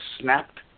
snapped